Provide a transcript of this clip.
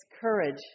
courage